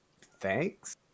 thanks